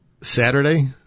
Saturday